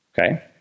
Okay